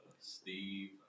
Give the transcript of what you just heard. Steve